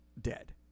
dead